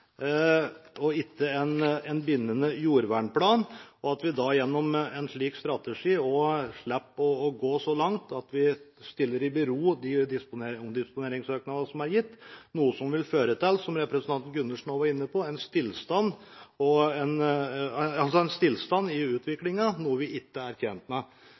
bindende jordvernplan, og at vi gjennom en slik strategi slipper å gå så langt at vi stiller i bero de omdisponeringssøknadene som er gitt, noe som – som også representanten Gundersen var inne på – vil føre til en stillstand i utviklingen, noe vi ikke er tjent med.